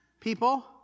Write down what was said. people